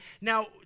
Now